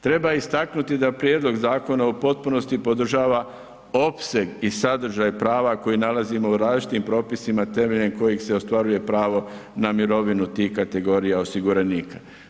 Treba istaknuti da prijedlog zakona u potpunosti podržava opseg i sadržaj prava koji nalazimo u različitim propisima temeljem kojih se ostvaruje pravo na mirovinu tih kategorija osiguranika.